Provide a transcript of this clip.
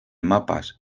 mapas